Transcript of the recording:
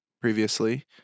previously